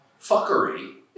fuckery